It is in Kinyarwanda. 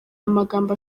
amagambo